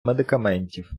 медикаментів